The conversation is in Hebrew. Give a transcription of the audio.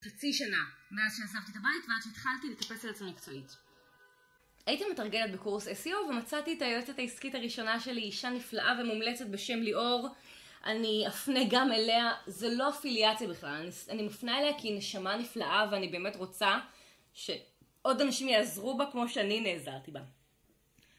חצי שנה מאז שעזבתי את הבית ועד שהתחלתי להתאפס על עצמי מקצועית הייתי מתרגלת בקורס SEO ומצאתי את היועצת העסקית הראשונה שלי אישה נפלאה ומומלצת בשם ליאור אני אפנה גם אליה זה לא אפיליאציה בכלל אני מפנה אליה כי היא נשמה נפלאה ואני באמת רוצה שעוד אנשים יעזרו בה כמו שאני נעזרתי בה